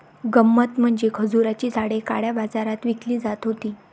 गंमत म्हणजे खजुराची झाडे काळ्या बाजारात विकली जात होती